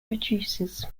produces